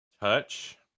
Touch